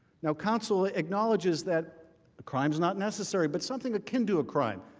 now, counsel acknowledges that crime is not necessary but something, akin to a crime,